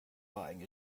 buying